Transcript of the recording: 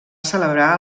celebrar